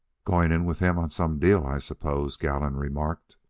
going in with him on some deal, i suppose, gallon remarked.